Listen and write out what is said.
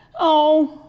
oh,